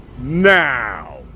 now